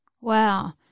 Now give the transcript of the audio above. Wow